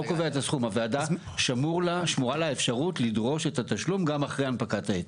הוועדה שמורה לה אפשרות לדרוש את התשלום גם אחרי הנפקת ההיתר.